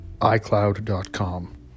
iCloud.com